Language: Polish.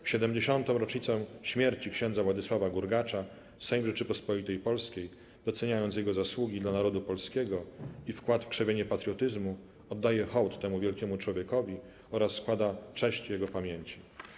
W 70. rocznicę śmierci księdza Władysława Gurgacza Sejm Rzeczypospolitej Polskiej, doceniając Jego zasługi dla Narodu Polskiego i wkład w krzewienie patriotyzmu, oddaje hołd temu wielkiemu człowiekowi oraz składa cześć Jego pamięci.